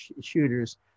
shooters